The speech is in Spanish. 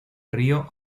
río